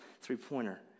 three-pointer